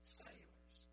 sailors